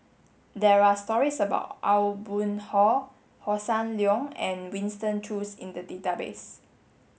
there are stories about Aw Boon Haw Hossan Leong and Winston Choos in the database